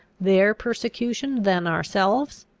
their persecution than ourselves?